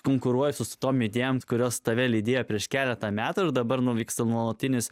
konkuruoja su tom idėjom kurios tave lydėjo prieš keletą metų ir dabar vyksta nuolatinis